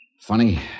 Funny